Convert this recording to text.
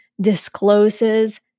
discloses